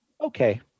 Okay